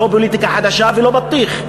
לא פוליטיקה חדשה ולא בטיח.